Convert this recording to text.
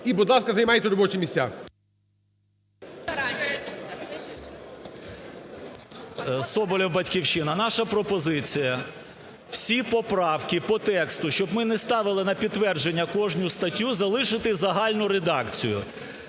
І, будь ласка, займайте робочі місця. 12:00:17 СОБОЛЄВ С.В. Соболєв, "Батьківщина". Наша пропозиція: всі поправки по тексту, щоб ми не ставили на підтвердження кожну статтю, залишити загальну редакцію.